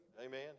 Amen